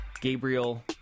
Gabriel